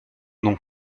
nom